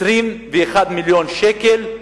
21 מיליון שקל.